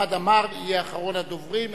חמד עמאר יהיה אחרון הדוברים,